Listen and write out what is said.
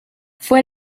fue